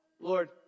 Lord